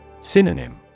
Synonym